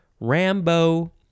Rambo